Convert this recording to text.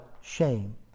shame